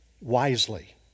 wisely